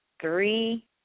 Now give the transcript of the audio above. three